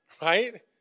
Right